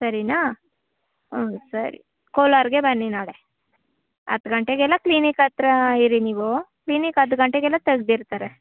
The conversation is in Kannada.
ಸರಿನಾ ಸರಿ ಕೋಲಾರ್ಗೆ ಬನ್ನಿ ನಾಳೆ ಹತ್ತು ಗಂಟೆಗೆಲ್ಲಾ ಕ್ಲಿನಿಕ್ ಹತ್ರ ಇರಿ ನೀವು ಕ್ಲಿನಿಕ್ ಹತ್ತು ಗಂಟೆಗೆಲ್ಲ ತೆಗೆದಿರ್ತಾರೆ